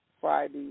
Friday